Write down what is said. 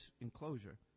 enclosure